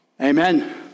Amen